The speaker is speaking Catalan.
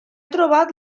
trobat